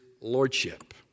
lordship